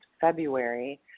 february